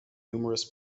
numerous